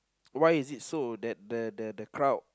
why is it so that the the the crowd